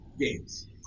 games